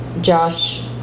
Josh